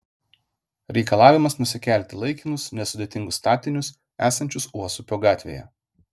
reikalavimas nusikelti laikinus nesudėtingus statinius esančius uosupio gatvėje